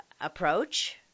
approach